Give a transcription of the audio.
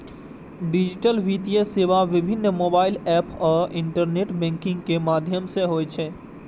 digital वित्तीय सेवा विभिन्न मोबाइल एप आ इंटरनेट बैंकिंग के माध्यम सं होइ छै